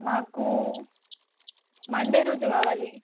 మాకు మండే రోజు కావాలి